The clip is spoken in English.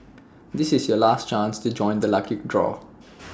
this is your last chance to join the lucky draw